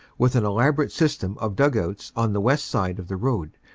vith an elaborate system of dug-outs on the west side of the road,